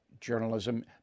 Journalism